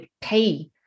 pay